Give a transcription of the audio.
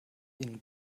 ihnen